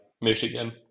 Michigan